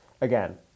Again